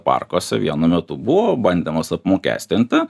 parkuose vienu metu buvo bandymas apmokestinti